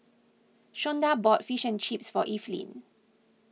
Shawnda bought Fish and Chips for Evelyn